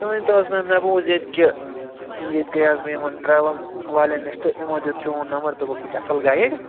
مےٚ ؤنۍ تو حظ مےٚ بوٗز ییٚتہِ کہِ ییٚتہِ گٔیس بہٕ یِمن ٹروٕل والین نِش تہٕ یِمو دیُت چون نمبر دوٚپُکھ یہِ چھُ اَصٕل گایڈ